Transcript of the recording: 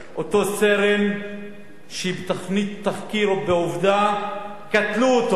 אותו סרן שבתוכנית תחקיר ב"עובדה" קטלו אותו,